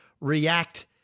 react